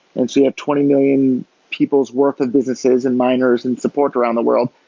and so you have twenty million people's worth of businesses and miners and support around the world,